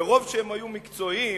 מרוב שהם היו מקצועיים,